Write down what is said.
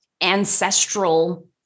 ancestral